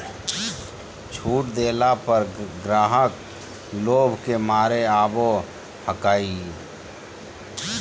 छुट देला पर ग्राहक लोभ के मारे आवो हकाई